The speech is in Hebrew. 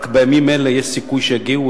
רק בימים האלה יש סיכוי שיגיעו.